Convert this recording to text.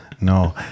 No